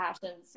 passions